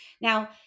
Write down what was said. Now